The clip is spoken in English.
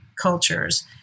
cultures